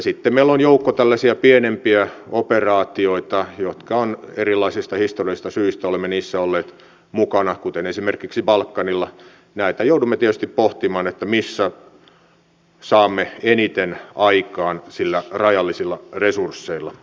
sitten meillä on joukko tällaisia pienempiä operaatioita joissa erilaisista historiallisista syistä olemme olleet mukana kuten esimerkiksi balkanilla ja joudumme tietysti pohtimaan missä näistä saamme eniten aikaan näillä rajallisilla resursseilla